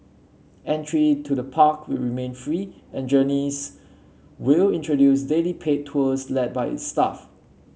entry to the park will remain free and journeys will introduce daily paid tours led by its staff